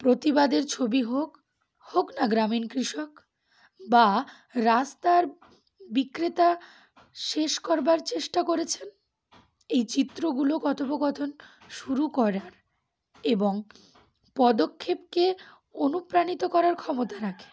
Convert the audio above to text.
প্রতিবাদের ছবি হোক হোক না গ্রামীণ কৃষক বা রাস্তার বিক্রেতা শেষ করবার চেষ্টা করেছেন এই চিত্রগুলো কথোপকথন শুরু করার এবং পদক্ষেপকে অনুপ্রাণিত করার ক্ষমতা রাখে